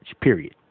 Period